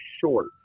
short